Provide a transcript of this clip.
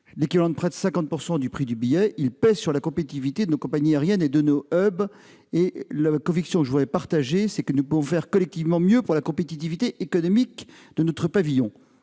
l'équivalent de près de 50 % du prix d'un billet. Il pèse sur la compétitivité de nos compagnies aériennes et de nos hubs. [...] La [...] conviction que je voudrais partager, c'est que nous pouvons collectivement faire mieux pour la compétitivité économique de notre pavillon.